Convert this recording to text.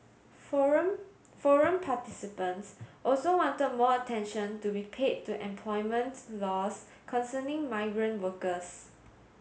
forum forum participants also want more attention to be paid to employment laws concerning migrant workers